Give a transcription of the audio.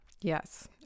yes